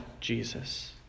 Jesus